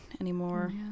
anymore